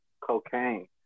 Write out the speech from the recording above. cocaine